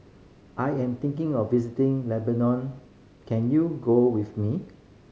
I am thinking of visiting Lebanon can you go with me